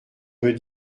veux